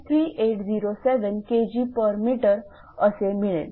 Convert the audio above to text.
3807 Kgm असे मिळेल